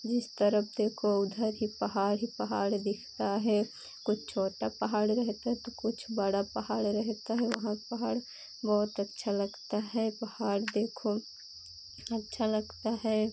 जिस तरफ देखो उधर ही पहाड़ ही पहाड़ दिखता है कुछ छोटा पहाड़ रहता है तो कुछ बड़ा पहाड़ रहता है वहाँ पहाड़ बहुत अच्छा लगता है पहाड़ देखो अच्छा लगता है